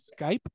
Skype